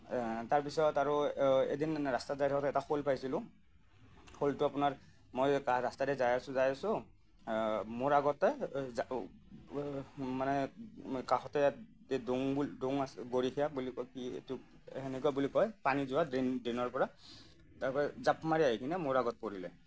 তাৰপিছত আৰু এদিন ৰাস্তাত যাই থাকোঁতে এটা শ'ল পাইছিলোঁ শ'লটো আপোনাৰ মই ৰাস্তাৰে যাই আছোঁ যাই আছোঁ মোৰ আগতে মানে কাষতে ডোং আছে গৰখীয়া বুলি কয় কি এইটো সেনেকুৱা বুলি কয় পানী যোৱা ড্ৰেইনৰ পৰা তাৰপৰা জাঁপ মাৰি আহি কিনে মোৰ আগত পৰিলে